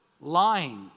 lying